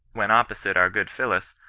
when opposite our good phillis,